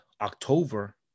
October